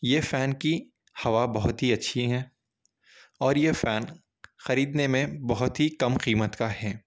یہ فین کی ہوا بہت ہی اچھی ہیں اور یہ فین خریدنے میں بہت ہی کم قیمت کا ہے